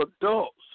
adults